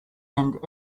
end